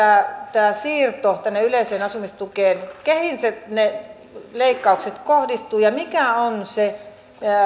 tämä siirto tänne yleiseen asumistukeen tapahtuu keihin ne leikkaukset kohdistuvat ja mikä on se